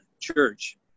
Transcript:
Church